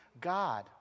God